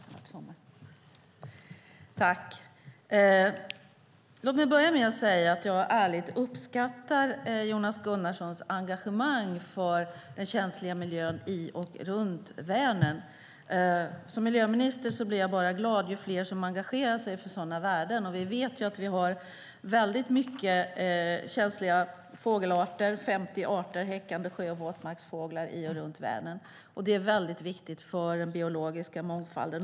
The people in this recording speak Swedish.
Herr talman! Låt mig börja med att säga att jag ärligt uppskattar Jonas Gunnarssons engagemang för den känsliga miljön i och runt Vänern. Som miljöminister blir jag glad ju fler som engagerar sig för sådana värden. Vi vet att vi har många känsliga fågelarter i och runt Vänern - 50 arter häckande sjö och våtmarksfåglar. Det är mycket viktigt för den biologiska mångfalden.